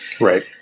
right